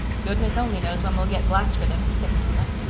goodness only knows when we'll get glass for them, said marilla.